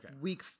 Week